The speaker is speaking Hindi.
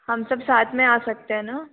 हम सब साथ में आ सकते हैं ना